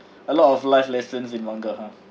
a lot of life lessons in manga